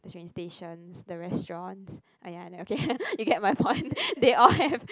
train stations the restaurants ah ya okay you get my point they all have